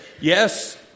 Yes